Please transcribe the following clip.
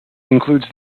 includes